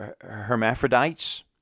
hermaphrodites